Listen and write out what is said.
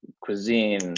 cuisine